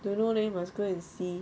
don't know leh must go and see